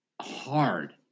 hard